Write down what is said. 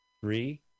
Three